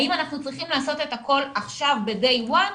האם אנחנו צריכים לעשות את הכול עכשיו ב-Day one?